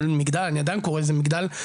אני עדיין קורה לזה מגדל,